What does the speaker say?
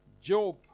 Job